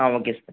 ah okay sir